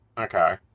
okay